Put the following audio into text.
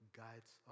guides